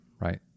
right